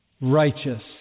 righteous